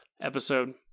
episode